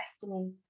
destiny